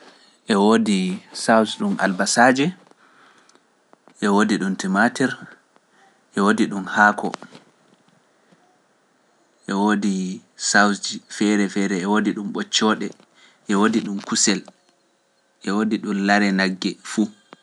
E woodi saws ɗum albasaaje, e woodi ɗum timatir, e woodi ɗum haako, e woodi saws feere feere, e woodi ɗum ɓoccooɗe, e woodi ɗum kusel, e woodi ɗum lare nagge fuu.